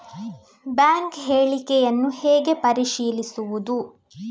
Bank ಹೇಳಿಕೆಯನ್ನು ಹೇಗೆ ಪರಿಶೀಲಿಸುವುದು?